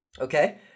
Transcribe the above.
Okay